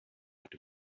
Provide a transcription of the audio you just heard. act